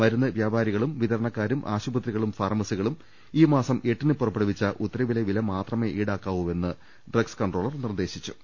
മരുന്ന് വ്യാപാ രികളും വിതരണക്കാരും ആശുപ്പത്രികളും ഫാർമസികളും ഈ മാസം എട്ടിന് പുറപ്പെടുവിച്ച ഉത്തരവിലെ വില മാത്രമേ ഈടാ ക്കാവൂ എന്ന് ഡ്രഗ്സ് കൺട്രോളർ നിർദേശിച്ചു